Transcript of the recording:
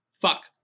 fuck